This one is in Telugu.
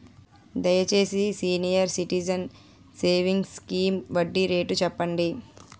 దయచేసి సీనియర్ సిటిజన్స్ సేవింగ్స్ స్కీమ్ వడ్డీ రేటు చెప్పండి